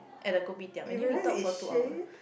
at the kopitiam and then we talk for two hour